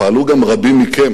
פעלו גם רבים מכם,